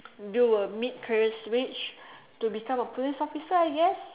do a mid career Switch to become a police officer I guess